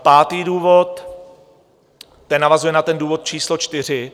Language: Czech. Pátý důvod navazuje na důvod číslo čtyři.